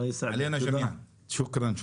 שוכרן.